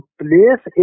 place